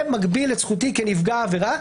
זה מגביל את זכותי כנפגע עבירה,